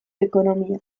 ekonomiaz